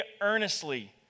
earnestly